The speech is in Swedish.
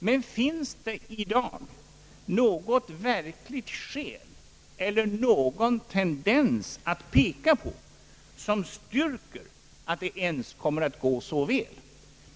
Men finns det i dag något verkligt skäl eller någon tendens att peka på, som styrker att Statsverkspropositionen m.m. det ens kommer att gå så väl?